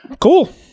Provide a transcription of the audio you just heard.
cool